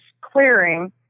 clearing